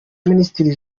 minisitiri